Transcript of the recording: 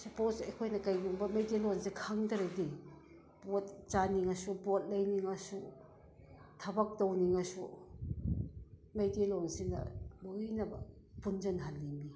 suppose ꯑꯩꯈꯣꯏꯅ ꯀꯔꯤꯒꯨꯝꯕ ꯃꯩꯇꯩꯂꯣꯟꯁꯦ ꯈꯪꯗ꯭ꯔꯗꯤ ꯄꯣꯠ ꯆꯥꯅꯤꯡꯉꯁꯨ ꯄꯣꯠ ꯂꯩꯅꯤꯡꯉꯁꯨ ꯊꯕꯛ ꯇꯧꯅꯤꯡꯉꯁꯨ ꯃꯩꯇꯩꯂꯣꯟꯁꯤꯅ ꯂꯣꯏꯅꯃꯛ ꯄꯨꯟꯖꯟꯍꯜꯂꯤ